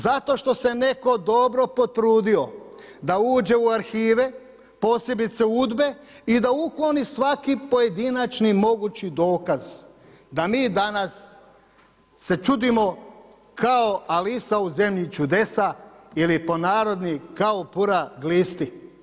Zato što se netko dobro potrudio da uđe u arhive, posebice UDBA-e i da ukloni svaki pojedinačni mogući dokaz da mi danas se čudimo kao Alisa u zemlji čudesa ili po narodni kao pura glisti.